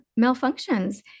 malfunctions